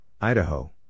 Idaho